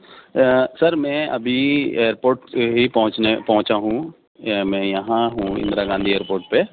سر میں ابھی airport سے ہی پہنچنے پہنچا ہوں میں یہاں ہوں اندرا گاندھی ایئر پورٹ پہ